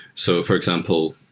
so for example,